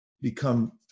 become